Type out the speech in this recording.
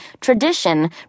Tradition